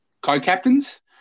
co-captains